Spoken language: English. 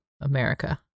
America